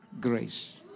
grace